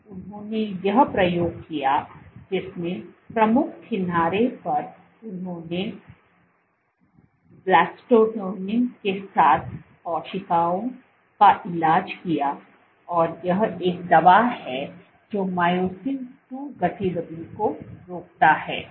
तो उन्होंने यह प्रयोग किया जिसमें प्रमुख किनारे पर उन्होंने ब्लेबिस्टैटिन के साथ कोशिकाओं का इलाज किया और यह एक दवा है जो मायोसिन II गतिविधि को रोकता है